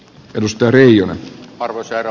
kadusta reijo arvoisena